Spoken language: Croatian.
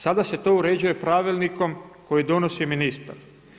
Sada se to uređuje Pravilnikom koji donosi ministar.